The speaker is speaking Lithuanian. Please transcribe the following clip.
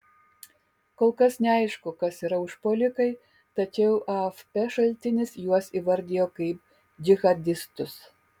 kol kas neaišku kas yra užpuolikai tačiau afp šaltinis juos įvardijo kaip džihadistus